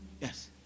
Yes